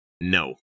no